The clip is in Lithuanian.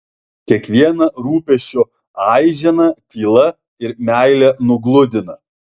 kiekvieną rūpesčio aiženą tyla ir meile nugludina